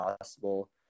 possible